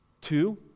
Two